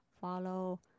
follow